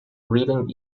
reading